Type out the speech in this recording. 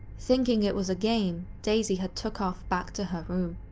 thinking it was a game, daisy had took off back to her room.